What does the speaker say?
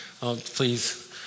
Please